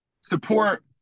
support